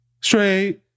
straight